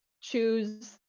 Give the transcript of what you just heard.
choose